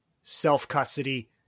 self-custody